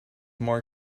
more